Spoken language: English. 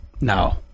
No